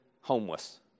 homeless